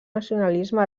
nacionalisme